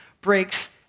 breaks